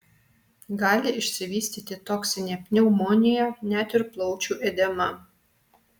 gali išsivystyti toksinė pneumonija net ir plaučių edema